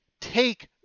take